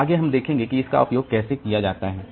तो आगे हम देखेंगे कि इसका उपयोग कैसे किया जाता है